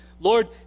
Lord